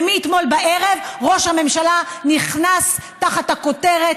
ומאתמול בערב ראש הממשלה נכנס תחת הכותרת